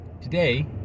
Today